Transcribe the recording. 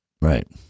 Right